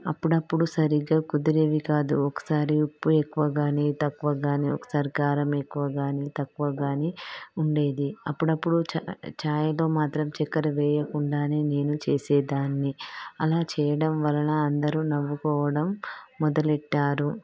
అప్పుడప్పుడు సరిగ్గా కుదిరేవి కాదు ఒకసారి ఉప్పు ఎక్కువ కాని తక్కువ కాని ఒకసారి కారం ఎక్కువ కాని తక్కువ కాని ఉండేది అప్పుడప్పుడు ఛా ఛాయలో మాత్రం చక్కర వేయకుండానే నేను చేసేదాన్ని అలా చేయడం వలన అందరూ నవ్వుకోవడం మొదలెట్టారు